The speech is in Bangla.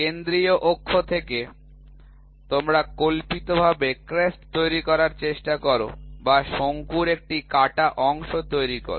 কেন্দ্রীয় অক্ষ থেকে তোমরা কল্পিতভাবে ক্রেস্ট তৈরি করার চেষ্টা কর বা শঙ্কুর একটি কাটা অংশ তৈরি কর